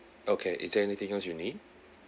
okay is there anything else you need